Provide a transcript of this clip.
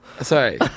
Sorry